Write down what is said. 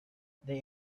they